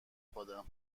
خودم